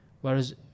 Whereas